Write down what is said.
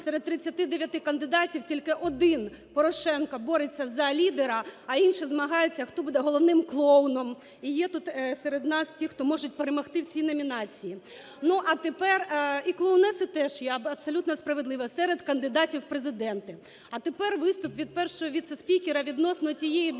серед 39 кандидатів тільки один Порошенко бореться за лідера, а інші змагаються, хто буде головним клоуном. І є тут серед нас ті, хто можуть перемогти в цій номінації. Ну а тепер… Іклоунеси теж є, абсолютно справедливо, серед кандидатів в Президенти. А тепер виступ від першого віце-спікера відносно тієї домашньої